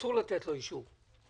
אסור לתת לו אישור.